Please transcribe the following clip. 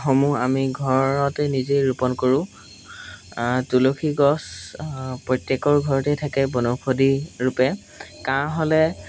সমূহ আমি ঘৰতে নিজেই ৰূপণ কৰো তুলসী গছ প্ৰত্যেকৰ ঘৰতে থাকে বনৌষধিৰূপে কাঁহ হ'লে